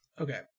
Okay